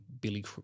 Billy